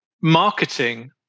marketing